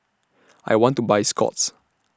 I want to Buy Scott's